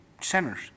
centers